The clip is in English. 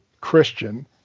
Christian